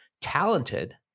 talented